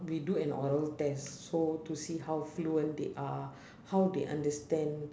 we do an oral test so to see how fluent they are how they understand